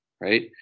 right